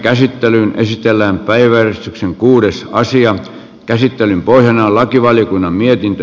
käsittelyn pohjana on lakivaliokunnan mietintö